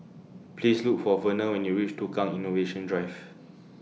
Please Look For Verner when YOU REACH Tukang Innovation Drive